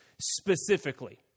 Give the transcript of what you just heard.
specifically